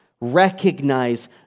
Recognize